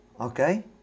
okay